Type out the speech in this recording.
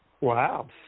Wow